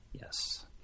Yes